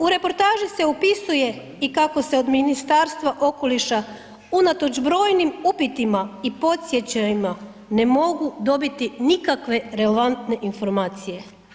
U reportaži se opisuje i kako se od Ministarstva okoliša unatoč brojnim upitima i podsjećajima ne mogu dobiti nikakve relevantne informacije.